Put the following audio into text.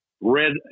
red